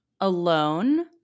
alone